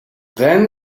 then